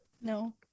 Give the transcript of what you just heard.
no